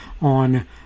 on